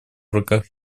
руках